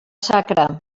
sacra